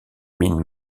mine